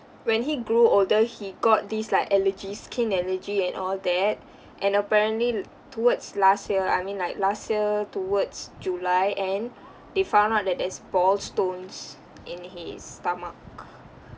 when he grew older he got these like allergies skin allergy and all that and apparently l~ towards last year I mean like last year towards july end they found out that there's ball stones in his stomach